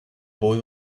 boy